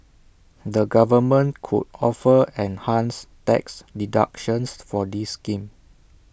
the government could offer enhanced tax deductions for this scheme